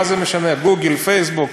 "גוגל", מה זה משנה, "גוגל", "פייסבוק".